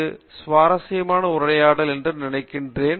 காமகோடி இது சுவாரஸ்யமான உரையாடல் என்று நினைக்கிறேன்